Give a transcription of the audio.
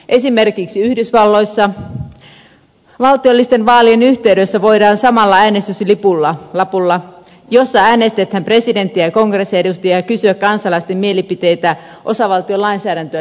esimerkiksi yhdysvalloissa valtiollisten vaalien yhteydessä voidaan samalla äänestyslapulla jolla äänestetään presidenttiä ja kongressiedustajia kysyä kansalaisten mielipiteitä osavaltion lainsäädäntöön liittyvissä asioissa